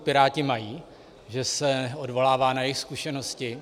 Piráti mají, že se odvolává na jejich zkušenosti?